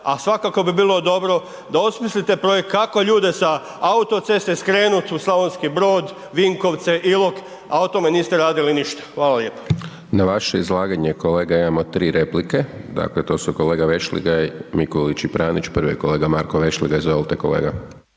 a svakako bi bilo dobro da osmislite projekt kako ljude sa autoceste skrenut u Slavonski Brod, Vinkovce, Ilok, a o tome niste radili ništa. Hvala lijepo. **Hajdaš Dončić, Siniša (SDP)** Na vaše izlaganje kolega imamo 3 replike. Dakle, to su kolega Vešligaj, Mikulić i Pranić. Prvi je kolega Marko Vešligaj, izvolite kolega.